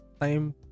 time